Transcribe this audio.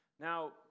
Now